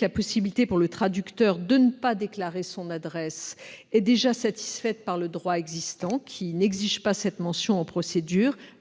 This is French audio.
la possibilité pour le traducteur de ne pas déclarer son adresse est déjà prévue par le droit existant, qui n'exige pas cette mention en procédure,